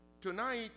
Tonight